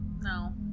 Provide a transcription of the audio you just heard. No